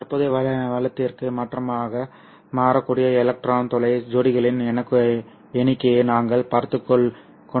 தற்போதைய வலதிற்கு மாற்றாக மாற்றக்கூடிய எலக்ட்ரான் துளை ஜோடிகளின் எண்ணிக்கையை நாங்கள் பார்த்துக் கொண்டிருந்தோம்